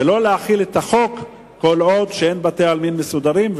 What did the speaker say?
ולא להחיל את החוק כל עוד אין בתי-עלמין מסודרים,